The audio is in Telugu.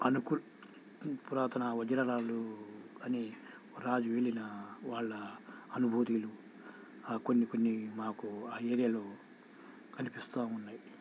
అనుకు పురాతన వజ్ర రాళ్ళు అని రాజు ఏలిన వాళ్ళ అనుభోదీలు కొన్ని కొన్ని మాకు ఆ ఏరియాలో కనిపిస్తూ ఉన్నాయి